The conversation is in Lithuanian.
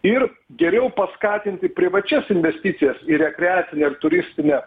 ir geriau paskatinti privačias investicijas į rekreacinę ar turistinę